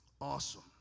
awesome